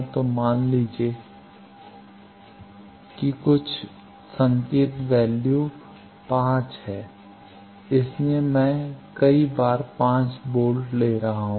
तो मान लीजिए कि कुछ संकेत वैल्यू 5 है इसलिए मैं कई बार 5V ले रहा हूं